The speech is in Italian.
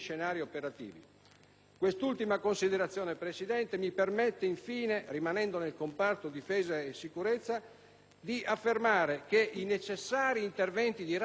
Quest'ultima considerazione, signora Presidente, mi permette infine, rimanendo nel comparto difesa e sicurezza, di affermare che i necessari interventi di razionalizzazione